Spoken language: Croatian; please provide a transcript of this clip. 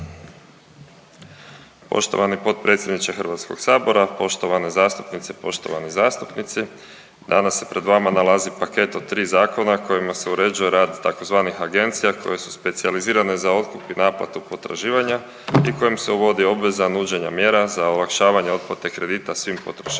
Poštovani potpredsjedniče HS-a, poštovane zastupnice, poštovani zastupnici. Danas se pred vama nalazi paket od tri zakona kojima se uređuje rad tzv. agencija koje su specijalizirane za otkup i naplatu potraživanja i kojim se uvodi obveza nuđenja mjera za olakšavanje otplate kredita svim potrošačima